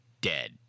dead